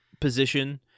position